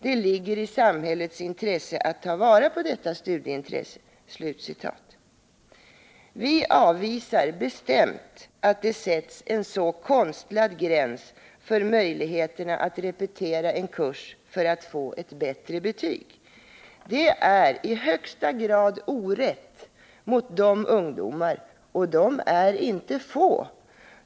Det ligger i samhällets intresse att ta vara på detta studieintresse.” Vi avvisar bestämt att det sätts en så konstlad gräns för möjligheterna att repetera en kurs för att få bättre betyg. Det är i högsta grad orätt mot de ungdomar — och de är inte få!